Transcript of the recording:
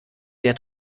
der